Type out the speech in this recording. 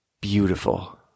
beautiful